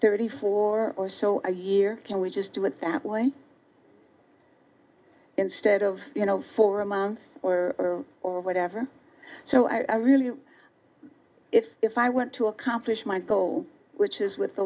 thirty four or so a year can we just do it that way instead of you know for a month or whatever so i really if if i want to accomplish my goal which is with the